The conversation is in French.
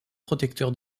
protecteur